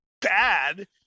bad